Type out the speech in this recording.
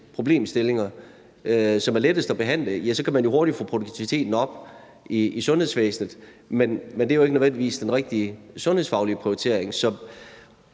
behandler dem, som er lettest at behandle, kan man hurtigt få produktiviteten i sundhedsvæsenet op. Men det er jo ikke nødvendigvis den rigtige sundhedsfaglige prioritering.